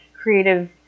creative